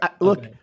look